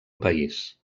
país